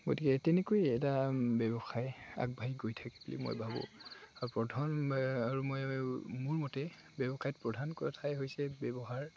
গতিকে তেনেকৈ এটা ব্যৱসায় আগবাঢ়ি গৈ থাকে বুলি মই ভাবোঁ আৰু প্ৰধান আৰু মই মোৰ মতে ব্যৱসায়ত প্ৰধান কথাই হৈছে ব্যৱহাৰ